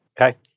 okay